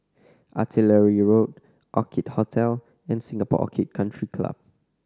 Artillery Road Orchid Hotel and Singapore Orchid Country Club